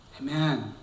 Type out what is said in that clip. Amen